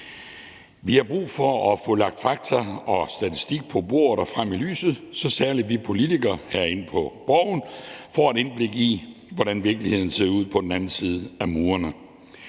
Vi har brug for at få lagt fakta og statistik på bordet og få det frem i lyset, så særlig vi politikere herinde på Borgen får et indblik i, hvordan virkeligheden ser ud på den anden side af murene.